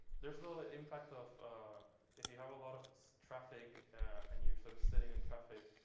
there's the impact of if you have a lot of traffic and you're sort of sitting in traffic,